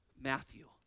Matthew